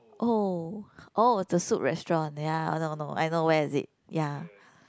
oh oh the Soup Restaurant ya I know I know I know where is it ya